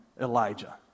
Elijah